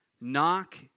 knock